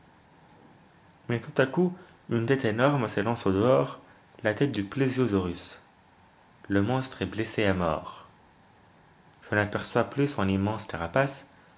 mais tout à coup une tête énorme s'élance au dehors la tête du plesiosaurus le monstre est blessé à mort je n'aperçois plus son immense carapace